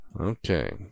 Okay